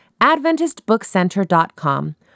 adventistbookcenter.com